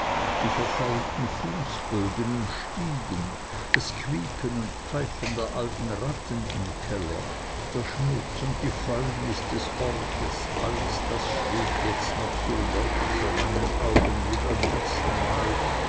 die verfaulten fußböden und stiegen das quieken und pfeifen der alten ratten im keller der schmutz und die fäulnis des ortes alles das steht jetzt noch so deutlich vor meinen augen wie beim erstenmal